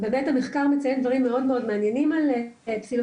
שהמחקר מציין דברים מאוד מעניינים על פסילוציבין,